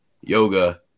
yoga